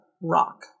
rock